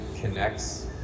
connects